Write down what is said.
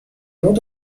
not